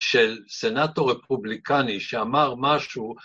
‫של סנאטור רפובליקני שאמר משהו.